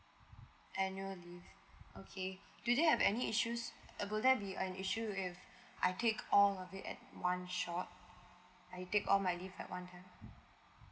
annual leave okay do they have any issues uh will there be an issue if I take all of it at one shot I take all my leave at one ah